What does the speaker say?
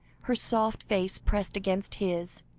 her soft face pressed against his,